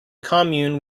commune